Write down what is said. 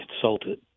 consulted